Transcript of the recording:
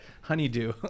honeydew